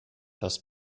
das